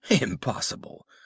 Impossible